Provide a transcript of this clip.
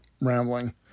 rambling